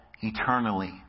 eternally